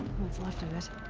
what's left of it.